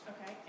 Okay